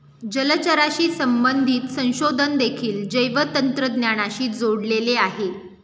जलचराशी संबंधित संशोधन देखील जैवतंत्रज्ञानाशी जोडलेले आहे